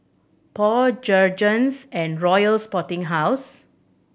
Paul Jergens and Royal Sporting House